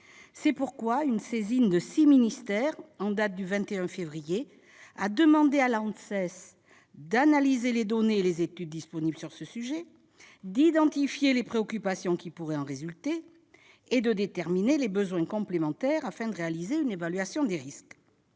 C'est pourquoi une saisine de six ministères, en date du 21 février dernier, a demandé à l'ANSES d'analyser les données et les études disponibles sur ce sujet, d'identifier les préoccupations qui pourraient en résulter et de déterminer les besoins complémentaires afin de réaliser une évaluation des risques.